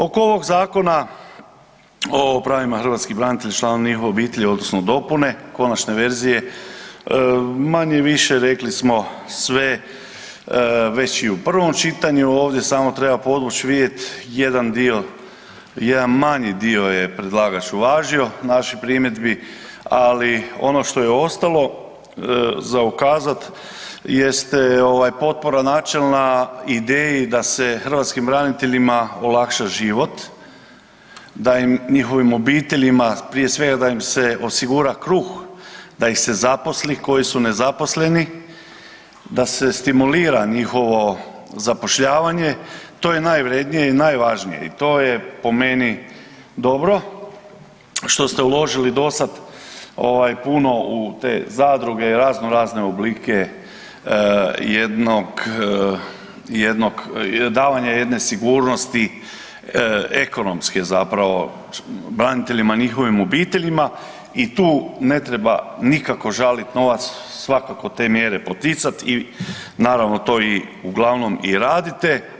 Oko ovog zakona o pravima hrvatskih branitelja i članovima njihovih obitelji odnosno dopune konačne verzije manje-više rekli smo sve već i u prvom čitanju, ovdje samo treba podvuć vidje jedan dio, jedan manji dio je predlagač uvažao naših primjedbi, ali ono što je ostalo za ukazat jeste potpora načelna ideji da se hrvatskim braniteljima olakša život, da im njihovim obiteljima, prije svega da im se osigura kruh, da ih se zaposli koji su nezaposleni, da se stimulira njihovo zapošljavanje to je najvrjednije i najvažnije i to je po meni dobro što ste uložili do sad puno u te zadruge i raznorazne oblike davanja jedne sigurnosti ekonomske zapravo braniteljima i njihovim obiteljima i tu ne treba nikako žalit novac, svakako te mjere poticat i naravno to uglavnom i radite.